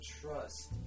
trust